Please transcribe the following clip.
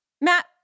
Matt